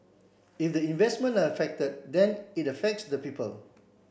if the investments are affected then it affects the people